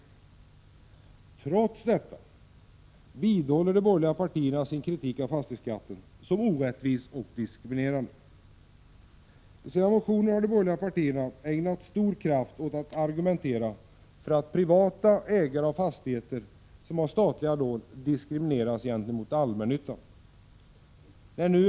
Trots detta vidhåller de borgerliga partierna sin kritik av fastighetsskatten som orättvis och diskriminerande. I sina motioner har de borgerliga partierna ägnat stor kraft åt argumentet att privata ägare av fastigheter som har statliga lån diskrimineras gentemot Prot. 1986/87:50 allmännyttan.